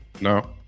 no